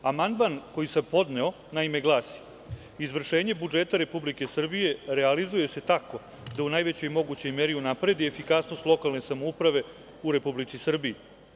Amandman koji sam podneo glasi – izvršenje budžeta Republike Srbije realizuje se tako da u najvećoj mogućoj meri unapredi efikasnost lokalne samouprave u Republici Srbiji.